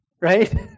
Right